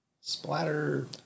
Splatter